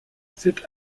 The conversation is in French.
cet